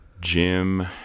Jim